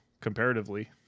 comparatively